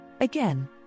Again